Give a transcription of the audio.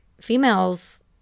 females